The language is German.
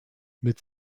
mit